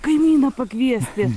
kaimyną pakviesti